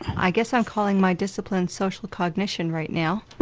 i guess i'm calling my discipline social cognition right now,